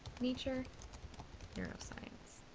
nature neuroscience,